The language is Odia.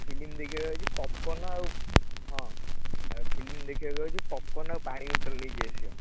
ଫିଲିମ ଦେଖାବାକୁ ଆସିଛୁ ପପ୍ କର୍ଣ୍ଣ ଆଉ ହଁ ଫିଲିମ ଦେଖିବାକୁ ଆସିଛୁ ପପ୍ କର୍ଣ୍ଣ ଆଉ ପାଣି ବୋତଲ ନେଇକି ଆସିବ